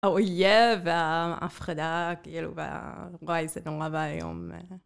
האויב וההפחדה כאילו וה- וואי זה נורא ואיום.